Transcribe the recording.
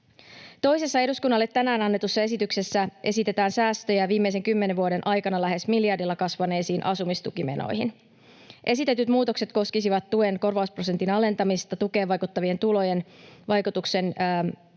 Toisessa eduskunnalle tänään annetussa esityksessä esitetään säästöjä viimeisen kymmenen vuoden aikana lähes miljardilla kasvaneisiin asumistukimenoihin. Esitetyt muutokset koskisivat tuen korvausprosentin alentamista, tukeen vaikuttavien tulojen vaikutuksen kiristämistä,